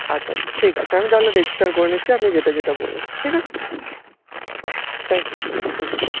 আচ্ছা আচ্ছা ঠিক আছে আমি তাহলে রেজিস্টার করে নিচ্ছি আপনি যেটা যেটা বললেন ঠিক আছে আচ্ছা থ্যাংক ইউ ঠিক আছে